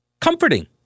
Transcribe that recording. comforting